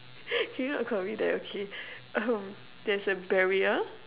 can you not call me that okay um there's a barrier